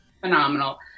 phenomenal